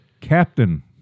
Captain